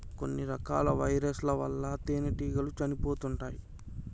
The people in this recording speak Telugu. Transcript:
కొన్ని రకాల వైరస్ ల వల్ల తేనెటీగలు చనిపోతుంటాయ్